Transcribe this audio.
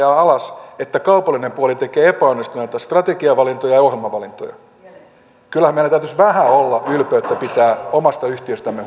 ajaa alas että kaupallinen puoli tekee epäonnistuneita strategiavalintoja ja ohjelmavalintoja kyllähän meillä täytyisi vähän olla ylpeyttä pitää omasta yhtiöstämme